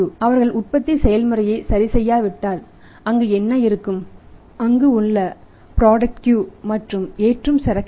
அவர்கள் உற்பத்தி செயல்முறையை சரிசெய்யாவிட்டால் அங்கு என்ன இருக்கும் அங்கு உள்ள தயாரிப்பு வரிசை மற்றும் ஏற்றும் சரக்குகளை